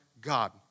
God